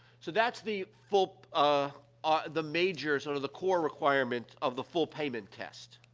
so, that's the full, ah, ah the major, sort of, the core requirement of the full payment test.